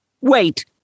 Wait